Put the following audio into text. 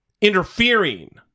interfering